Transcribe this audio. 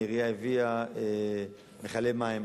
העירייה הביאה מכלי מים,